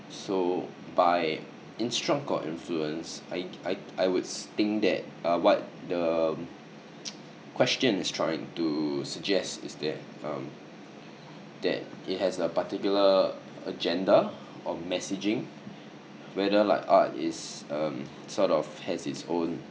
so by instruct or influence I I I would think that uh what the um question is trying to suggest is that um that he has a particular agenda or messaging whether like art is um sort of has it's own